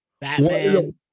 Batman